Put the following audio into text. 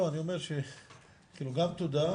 תודה,